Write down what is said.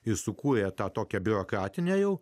jis sukūrė tą tokią biurokratinę jau